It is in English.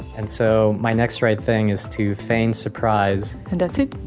and so my next right thing is to feign surprise and that's it.